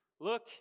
Look